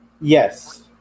Yes